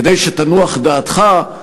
כדי שתנוח דעתך,